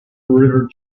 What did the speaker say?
river